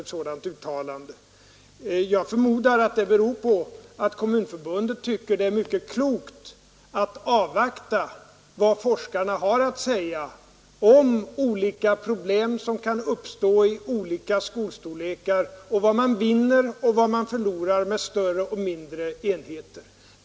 Att det inte kommit någon sådan förmodar jag beror på att Kommunförbundet tycker att det är mycket klokt att avvakta vad forskningen har att säga om olika problem som kan uppstå i olika skolstorlekar och om vad man vinner och vad man förlorar med större och mindre enheter.